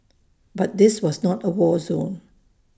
but this was not A war zone